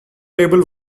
label